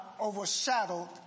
overshadowed